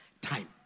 time